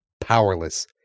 powerless